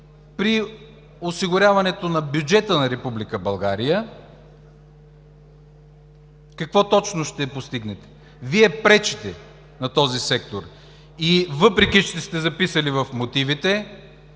при осигуряването на бюджета на Република България. Какво точно ще постигнете? Вие пречите на този сектор. Въпреки че сте записали в мотивите,